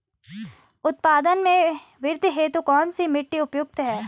उत्पादन में वृद्धि हेतु कौन सी मिट्टी उपयुक्त है?